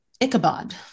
Ichabod